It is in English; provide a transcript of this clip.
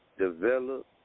Develop